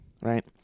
right